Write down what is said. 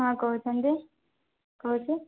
ହଁ କହୁଚନ୍ତି କହୁଛି